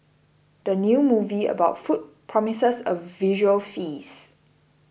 the new movie about food promises a visual feast